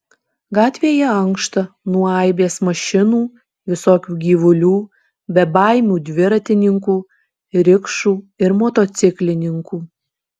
gatvėje ankšta nuo aibės mašinų visokių gyvulių bebaimių dviratininkų rikšų ir motociklininkų